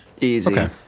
Easy